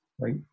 right